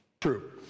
true